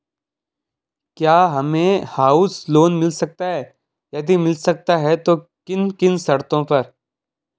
क्या हमें house loan मिल सकता है यदि मिल सकता है तो किन किन शर्तों पर?